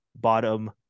bottom